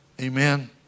Amen